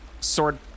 sword